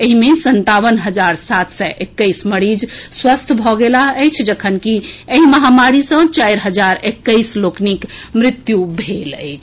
एहि मे संतावन हजार सात सय एक्कैस मरीज स्वस्थ भऽ गेलाह अछि जखनकि एहि महामारी सँ चारि हजार एक्कैस लोकनिक मृत्यु भेल अछि